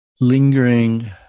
lingering